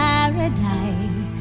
Paradise